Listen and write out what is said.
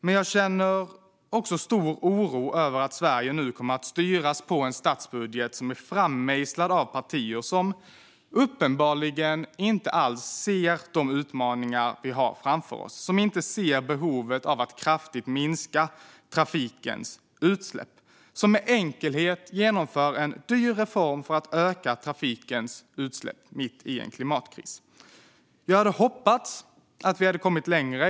Men jag känner också stor oro över att Sverige nu kommer att styras på en statsbudget som är frammejslad av partier som uppenbarligen inte alls ser de utmaningar vi har framför oss, som inte ser behovet av att kraftigt minska trafikens utsläpp och som med enkelhet genomför en dyr reform för att öka trafikens utsläpp mitt i en klimatkris. Jag hade hoppats att vi hade kommit längre.